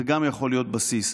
זה גם יכול להיות בסיס.